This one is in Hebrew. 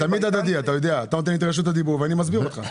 אתה נותן לי רשות דיבור ואני מסביר אותך.